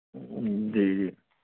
جی جی